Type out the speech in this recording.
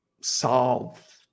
solve